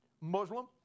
Muslim